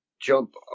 jump